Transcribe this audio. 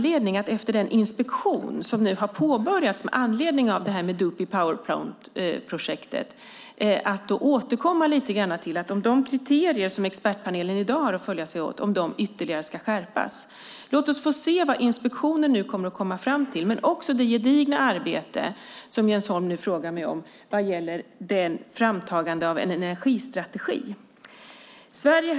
Efter den inspektion som nu har påbörjats med anledning av det här Medupi power plant-projektet ska man återkomma till om de kriterier som expertpanelen i dag har att följa ytterligare ska skärpas. Låt oss se vad inspektionen kommer fram till. Det gäller också det gedigna arbete som Jens Holm nu frågar mig om och som gäller framtagandet av en energistrategi.